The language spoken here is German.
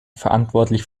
verantwortlich